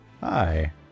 Hi